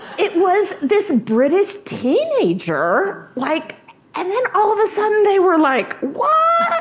it was this british teenager. like and then all of a sudden they were like what!